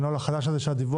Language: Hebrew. את הנוהל החדש הזה של הדיווח,